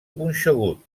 punxegut